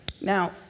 Now